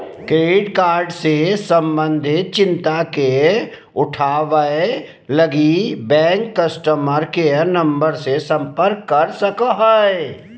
credit card से संबंधित चिंता के उठावैय लगी, बैंक कस्टमर केयर नम्बर से संपर्क कर सको हइ